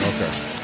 Okay